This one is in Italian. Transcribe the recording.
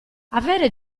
avere